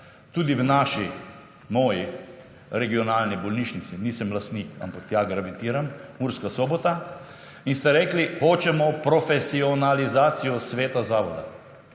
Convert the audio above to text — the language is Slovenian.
tudi v naši novi regionalni bolnišnici, nisem lastnik, ampak ja, gravitiram, Murska Sobota, in ste rekli, hočemo profesionalizacijo Sveta zavodov.